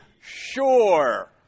sure